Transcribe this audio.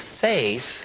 faith